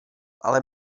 ale